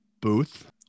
booth